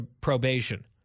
probation